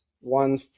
one